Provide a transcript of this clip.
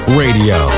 radio